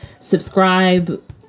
subscribe